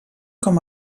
com